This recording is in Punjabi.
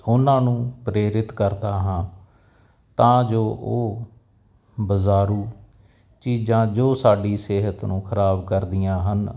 ਉਹਨਾਂ ਨੂੰ ਪ੍ਰੇਰਿਤ ਕਰਦਾ ਹਾਂ ਤਾਂ ਜੋ ਉਹ ਬਾਜ਼ਾਰੂ ਚੀਜ਼ਾਂ ਜੋ ਸਾਡੀ ਸਿਹਤ ਨੂੰ ਖ਼ਰਾਬ ਕਰਦੀਆਂ ਹਨ